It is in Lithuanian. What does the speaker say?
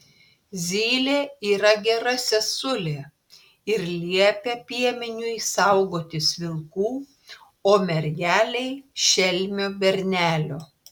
zylė yra gera sesulė ir liepia piemeniui saugotis vilkų o mergelei šelmio bernelio